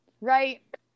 Right